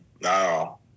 No